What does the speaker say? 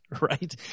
right